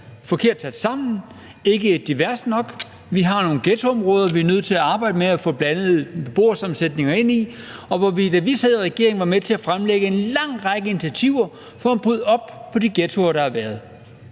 forkert og ikke er diversificeret nok. Vi har nogle ghettoområder, hvor vi er nødt til arbejde med at få en blandet beboersammensætning ind. Da vi sad i regering, var vi med til at fremlægge en lang række initiativer for at opbryde de ghettoer, der var.